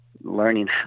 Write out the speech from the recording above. learning